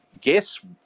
guess